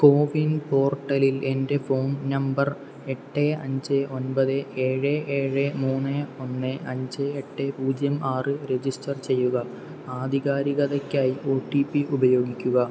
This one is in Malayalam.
കോവിൻ പോർട്ടലിൽ എൻ്റെ ഫോൺ നമ്പർ എട്ട് അഞ്ച് ഒമ്പത് ഏഴ് ഏഴ് മൂന്ന് ഒന്ന് അഞ്ച് എട്ട് പൂജ്യം ആറ് രജിസ്റ്റർ ചെയ്യുക ആധികാരികതയ്ക്കായി ഒ റ്റി പി ഉപയോഗിക്കുക